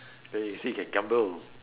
then you say can gamble